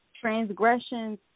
transgressions